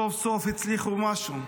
סוף-סוף הצליחו במשהו.